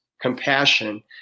compassion